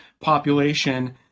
population